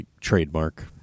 trademark